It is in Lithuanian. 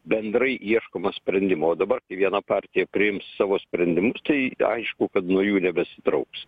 bendrai ieškoma sprendimų o dabar kai viena partija priims savo sprendimus tai aišku kad nuo jų nebesitrauks